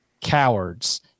Cowards